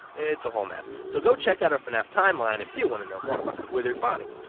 it's a whole mess, so go check out our fnaf timeline if you wanna know more. withered bonnie.